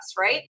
right